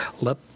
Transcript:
let